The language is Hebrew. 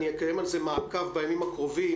אני אקיים על זה מעקב בימים הקרובים.